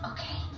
Okay